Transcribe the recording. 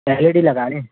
L E D लगा रहें